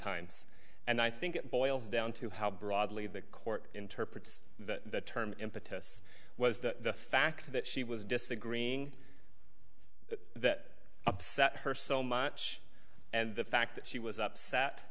times and i think it boils down to how broadly the court interprets that term impetus was the fact that she was disagreeing that upset her so much and the fact that she was upset